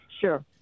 sure